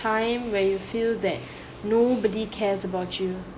time where you feel that nobody cares about you